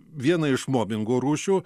vienai iš mobingo rūšių